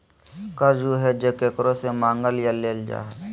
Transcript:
कर्ज उ हइ जे केकरो से मांगल या लेल जा हइ